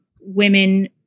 women